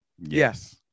Yes